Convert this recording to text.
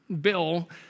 Bill